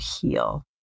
heal